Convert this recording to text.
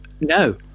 No